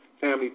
family